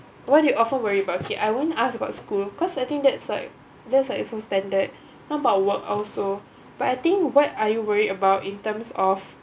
what do you often worry about okay I won't ask about school cause I that side there's like some standard what about work also but I think what are you worry about in terms of